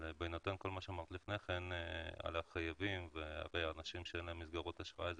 בינתיים כל מה שאמרת לפני כן על החייבים ואנשים שאין להם מסגרות אשראי,